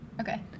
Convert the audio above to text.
Okay